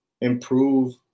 improve